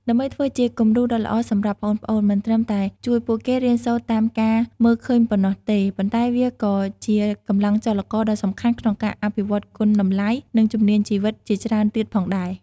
ដើម្បីធ្វើជាគំរូដ៏ល្អសម្រាប់ប្អូនៗ មិនត្រឹមតែជួយពួកគេរៀនសូត្រតាមការមើលឃើញប៉ុណ្ណោះទេ ប៉ុន្តែវាក៏ជាកម្លាំងចលករដ៏សំខាន់ក្នុងការអភិវឌ្ឍគុណតម្លៃ និងជំនាញជីវិតជាច្រើនទៀតផងដែរ ។